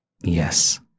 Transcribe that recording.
Yes